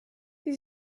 sie